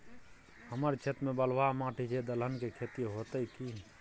हमर क्षेत्र में बलुआ माटी छै, दलहन के खेती होतै कि?